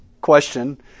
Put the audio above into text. question